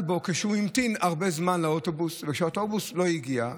בה כשהוא ממתין הרבה זמן לאוטובוס וכשהאוטובוס לא מגיע.